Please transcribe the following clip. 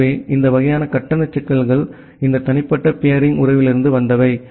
எனவே இந்த வகையான கட்டண சிக்கல்கள் இந்த தனிப்பட்ட பியரிங் உறவிலிருந்து வந்தவை